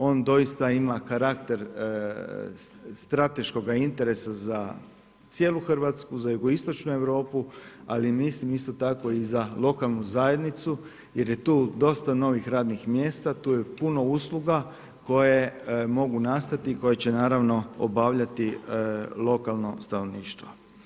On doista ima karakter strateškoga interesa za cijelu Hrvatsku za Jugoistočnu Europu, ali mislim isto tako i za lokalnu zajednicu jer je tu dosta novih radnih mjesta, tu je puno usluga koje mogu nastati i koje će obavljati lokalno stanovništvo.